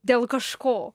dėl kažko